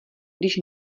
když